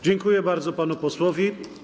Dziękuję bardzo panu posłowi.